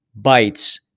bytes